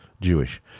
Jewish